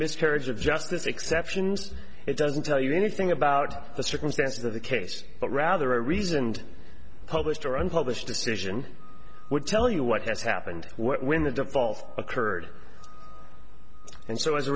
miscarriage of justice exceptions it doesn't tell you anything about the circumstances of the case but rather a reasoned published or unpublished decision would tell you what that's happened when the default occurred and so as a